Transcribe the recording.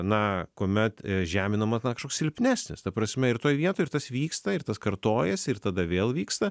na kuomet žeminama na kažkoks silpnesnis ta prasme ir toj vietoj ir tas vyksta ir tas kartojasi ir tada vėl vyksta